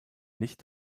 nicht